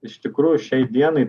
iš tikrųjų šiai dienai